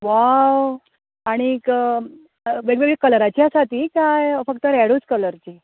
वाव आणीक वेग वेगळी कलराचीं आसा तीं काय फक्त रेडूच कलरचीं